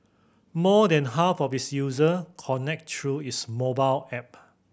more than half of its user connect through its mobile app